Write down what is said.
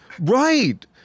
right